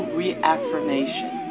reaffirmation